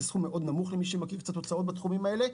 למי שמכיר קצת הוצאות בתחומים האלה,